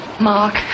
Mark